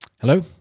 Hello